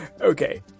Okay